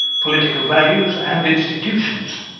political values and institutions.